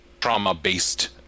trauma-based